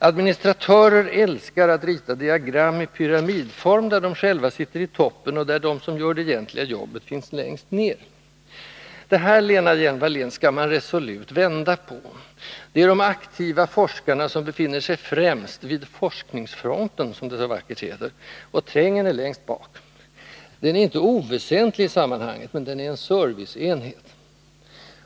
Administratörer älskar att rita diagram i pyramidform, där de själva sitter i toppen och de som gör det egentliga jobbet finns längst ned. Det här, Lena Hjelm-Wallén, skall man resolut vända på: det är de aktiva forskarna, som befinner sig främst vid ”forskningsfronten”, som det så vackert heter, och trängen är längst bak. Den är inte oväsentlig i sammanhanget, men detta är en serviceenhet.